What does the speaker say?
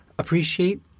Appreciate